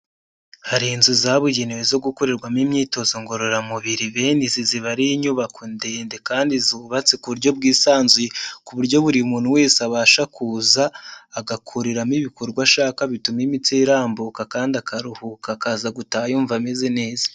Hari inzu zabugenewe zo gukorerwamo imyitozo ngororamubiri bene izi ziba ari inyubako ndende kandi zubatse ku buryo bwisanzuye ku buryo buri muntu wese abasha kuza agakuriramo ibikorwa ashaka bituma imitsi irambuka kandi akaruhuka akaza gutaha yumva ameze neza.